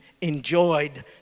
enjoyed